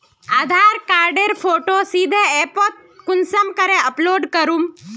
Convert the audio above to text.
आधार कार्डेर फोटो सीधे ऐपोत कुंसम करे अपलोड करूम?